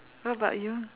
what about you